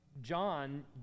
John